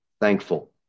thankful